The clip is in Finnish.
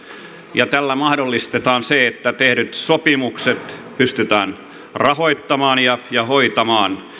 ja tällä mahdollistetaan se että tehdyt sopimukset pystytään rahoittamaan ja ja hoitamaan